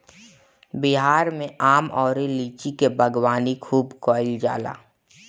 बिहार में आम अउरी लीची के बागवानी खूब कईल जाला